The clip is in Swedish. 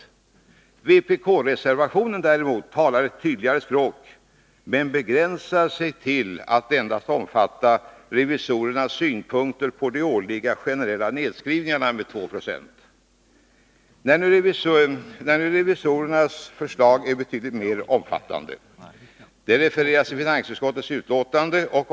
I vpk-reservationen däremot talas ett tydligare språk, men den begränsas till att endast omfatta revisorernas synpunkter på de årliga generella nedskrivningarna med 2 90. Men revisorernas förslag är betydligt mer omfattande. Det refereras i finansutskottets betänkande.